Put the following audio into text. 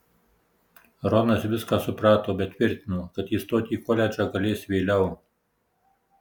ronas viską suprato bet tvirtino kad įstoti į koledžą galės vėliau